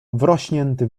wrośnięty